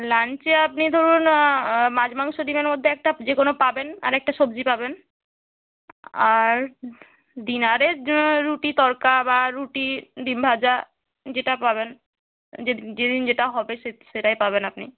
লাঞ্চে আপনি ধরুন মাছ মাংস ডিমের মধ্যে একটা যে কোনো পাবেন আর একটা সবজি পাবেন আর ডিনারে রুটি তড়কা বা রুটি ডিম ভাজা যেটা পাবেন যে দিন যেটা হবে সেটাই পাবেন আপনি